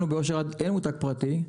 לנו באושר עד אין מותג פרטי,